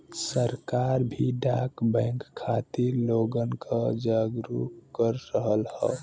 सरकार भी डाक बैंक खातिर लोगन क जागरूक कर रहल हौ